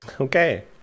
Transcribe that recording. Okay